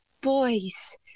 boys